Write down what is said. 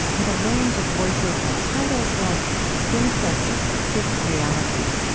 with a range of voices and titles like thin places, thick realities,